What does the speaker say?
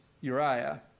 Uriah